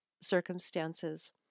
circumstances